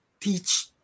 teach